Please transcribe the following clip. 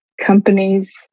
companies